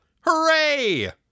Hooray